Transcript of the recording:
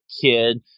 kid